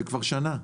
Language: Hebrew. זה כבר שנה.